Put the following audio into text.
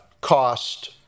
cost